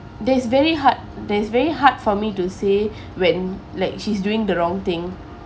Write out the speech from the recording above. that's very hard that's very hard for me to say when like she's doing the wrong thing